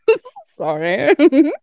Sorry